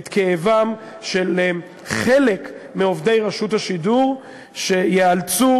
את כאבם של חלק מעובדי רשות השידור שייאלצו,